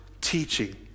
teaching